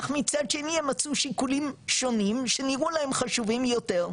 אך מצד שני הם מצאו שיקולים שונים שנראו להם חשובים יותר.